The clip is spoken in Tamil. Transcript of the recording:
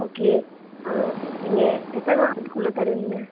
ஓகே நீங்கள் எத்தனை நாளுக்குள்ளே தருவீங்க